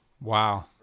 Wow